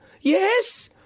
Yes